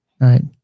right